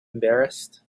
embarrassed